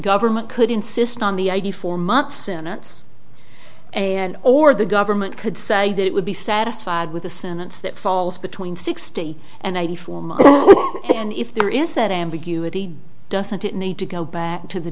government could insist on the id for months in its and or the government could say that it would be satisfied with a sentence that falls between sixty and eighty four and if there is that ambiguity doesn't it need to go back to the